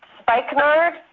spikenard